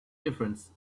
difference